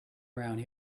around